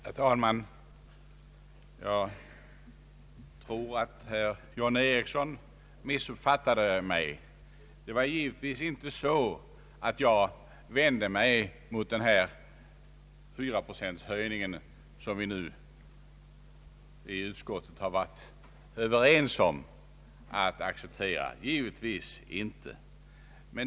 Herr talman! Jag tror att herr John Ericsson missuppfattade mig. Det var givetvis inte så att jag vände mig emot den fyraprocentiga höjning som vi i utskottet varit överens om att acceptera. Naturligtvis inte.